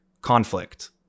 conflict